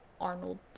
Arnold